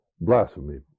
blasphemy